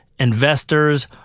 investors